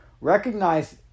Recognize